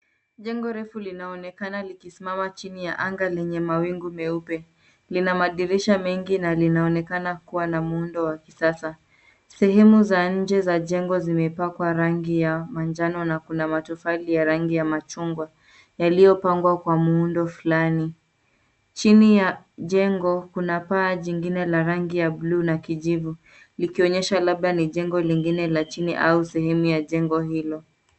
Jengo refu linaonekana likisimama chini ya anga lenye mawingu meupe. Lina madirisha mengi na linaonekana kuwa na muundo wa kisasa. Sehemu za nje za jengo zimepakwa rangi ya manjano na kuna matofali ya rangi ya machungwa, yaliopangwa kwa muundo flani. Chini ya jengo kuna paa jingine la rangi ya blue na kijivu, likionyesha labda ni jengo lingine la chini au sehemu ya jengo hilo.